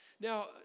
Now